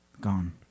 Gone